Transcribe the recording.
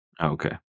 Okay